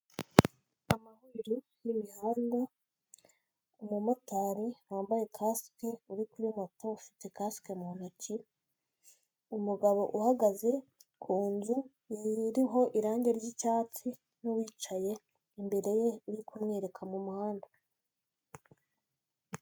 Amahuriro y'imihanda, umumotari wambaye kasike uri kuri moto, ufite kasike mu ntoki, umugabo uhagaze ku nzu iriho irangi ry'icyatsi, n'uwicaye imbere ye, ari kumwereka mu muhanda.